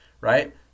right